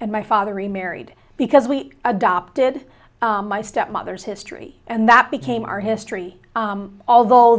and my father remarried because we adopted my stepmother's history and that became our history although